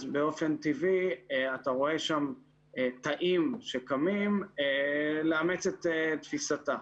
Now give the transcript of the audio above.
אז באופן טבעי אתה רואה שם תאים שקמים לאמץ את תפיסתה.